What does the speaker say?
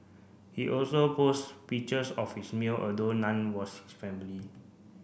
he also post pictures of his meal although none was his family